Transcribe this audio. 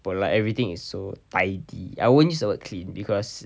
for like everything is so tidy I won't use the word clean because